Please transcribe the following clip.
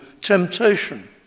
temptation